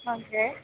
okay